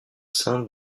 sein